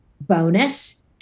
bonus